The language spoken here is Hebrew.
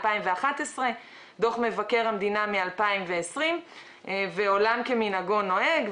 דוח מבקר המדינה מ-2020; ועולם כמנהגו נוהג,